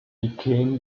became